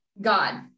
God